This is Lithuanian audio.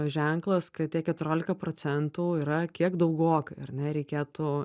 ženklas kad tie keturiolika procentų yra kiek daugoka ar ne reikėtų